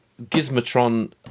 Gizmotron